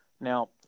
Now